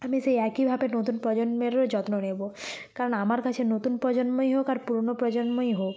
আমি সেই একইভাবে নতুন প্রজন্মেরও যত্ন নেব কারণ আমার কাছে নতুন প্রজন্মই হোক আর পুরনো প্রজন্মই হোক